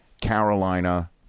Carolina